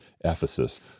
Ephesus